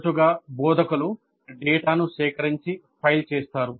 తరచుగా బోధకులు డేటాను సేకరించి ఫైల్ చేస్తారు